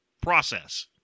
process